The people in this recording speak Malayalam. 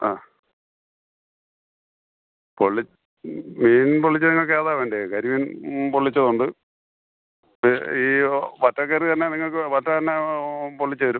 ആ പൊള്ളി മീൻ പൊള്ളിച്ചത് നിങ്ങൾക്ക് ഏതാണ് വേണ്ടത് കരിമീൻ പൊള്ളിച്ചതുണ്ട് ഇത് ഈ വറ്റക്കറി തന്നെ നിങ്ങൾക്ക് വറ്റ തന്നെ പൊള്ളിച്ച് തരും